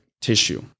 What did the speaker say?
tissue